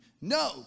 No